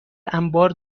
انبار